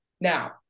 Now